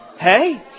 hey